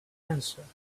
answered